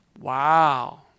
Wow